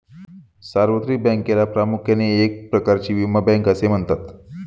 सार्वत्रिक बँकेला प्रामुख्याने एक प्रकारची विमा बँक असे म्हणतात